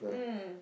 mm